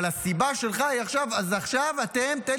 אבל הסיבה שלך עכשיו, אתם, תן